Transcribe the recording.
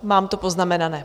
Mám to poznamenané.